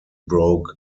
broke